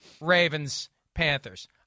Ravens-Panthers